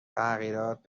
تغییرات